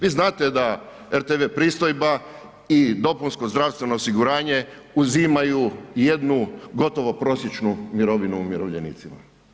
Vi znate da rtv pristojba i dopunsko zdravstveno osiguranje uzimaju jednu gotovo prosječnu mirovinu umirovljenicima.